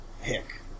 Hick